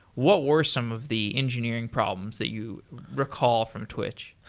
what were some of the engineering problems that you recall from twitch?